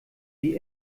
wie